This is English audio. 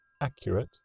accurate